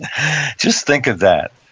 just think of that.